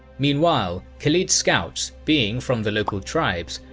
meanwhile, khalid's scouts, being from the local tribes,